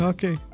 Okay